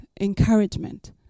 encouragement